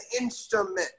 instrument